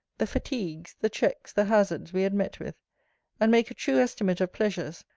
the fatigues, the checks, the hazards, we had met with and make a true estimate of pleasures,